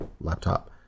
laptop